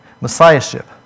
messiahship